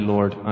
Lord